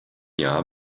jahr